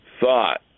thought